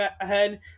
ahead